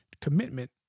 commitment